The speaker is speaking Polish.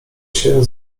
się